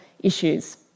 issues